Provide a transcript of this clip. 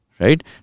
Right